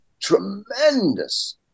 tremendous